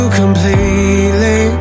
completely